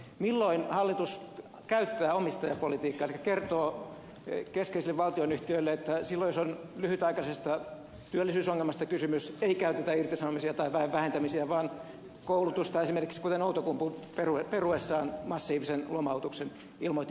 milloin hallitus käyttää omistajapolitiikkaa eli kertoo keskeisille valtionyhtiöille että silloin jos on lyhytaikaisesta työllisyysongelmasta kysymys ei käytetä irtisanomisia tai väen vähentämisiä vaan koulutusta esimerkiksi kuten outokumpu peruessaan massiivisen lomautuksen ilmoitti tekevänsä